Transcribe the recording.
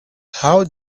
how